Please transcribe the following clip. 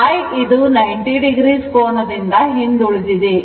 I ಇದು 90o ಕೋನದಿಂದ ಹಿಂದುಳಿದಿದೆ